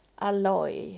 alloy